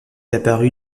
apparu